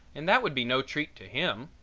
and that would be no treat to him.